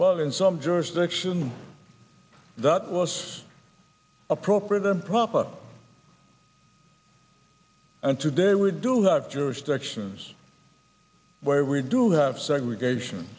well in some jurisdiction that was appropriate and proper and today we do that jurisdictions where we do have segregation